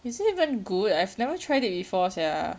is it even good I've never tried it before sia